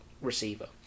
receiver